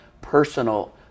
personal